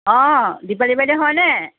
অঁ দীপালি বাইদেউ হয়নে